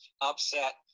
upset